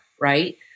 right